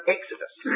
Exodus